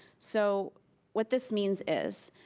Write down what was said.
so what this means is,